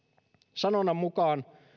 sanonnan mukaan